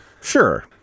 Sure